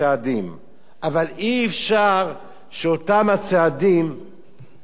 אבל אי-אפשר שאותם הצעדים יפגעו בחלשים.